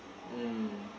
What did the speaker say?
mm